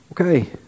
Okay